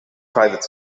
private